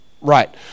Right